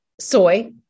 soy